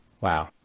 Wow